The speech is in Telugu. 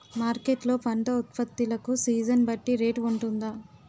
మార్కెట్ లొ పంట ఉత్పత్తి లకు సీజన్ బట్టి రేట్ వుంటుందా?